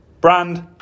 brand